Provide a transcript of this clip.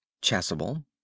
Chasuble